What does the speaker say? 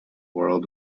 world